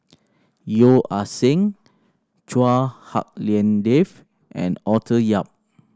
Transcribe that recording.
Yeo Ah Seng Chua Hak Lien Dave and Arthur Yap